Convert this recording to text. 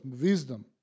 wisdom